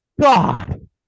god